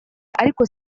ariko